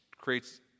creates